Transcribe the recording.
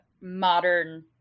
modern